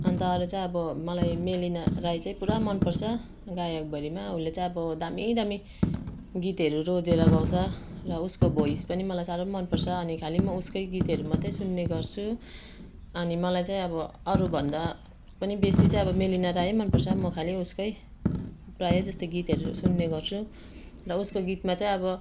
अन्त अरू चाहिँ अब मलाई मेलिना राई चाहिँ पुरा मनपर्छ गायकभरिमा उसले चाहिँ अब दामी दामी गीतहरू रोजेर गाउँछ र उसको भोइस पनि मलाई साह्रो मनपर्छ अनि म खालि उसकै गीतहरू मात्रै सुन्ने गर्छु अनि मलाई चाहिँ अब अरूभन्दा पनि बेसी चाहिँ अब मेलिना राई मनपर्छ म खालि उसकै प्रायःजस्तै गीतहरू सुन्ने गर्छु र उसको गीतमा चाहिँ अब